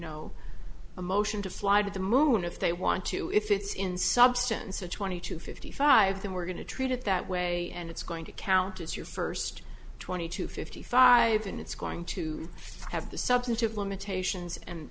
know a motion to fly to the moon if they want to if it's in substance of twenty to fifty five then we're going to treat it that way and it's going to count as your first twenty to fifty five and it's going to have the substantive limitations and